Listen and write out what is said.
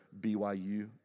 BYU